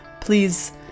Please